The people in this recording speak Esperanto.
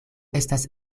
estas